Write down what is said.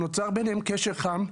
נוצר ביניהן קשר חם,